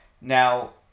Now